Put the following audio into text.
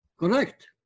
Correct